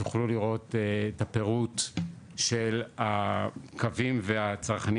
תוכלו לראות את הפירוט של הקווים והצרכנים